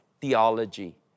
theology